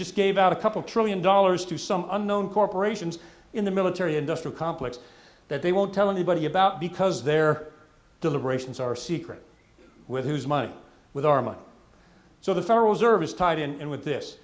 just gave out a couple trillion dollars to some unknown corporations in the military industrial complex that they won't tell anybody about because their deliberations are secret with whose money with our money so the federal reserve is tied in with this